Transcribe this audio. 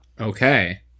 Okay